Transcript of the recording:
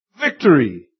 Victory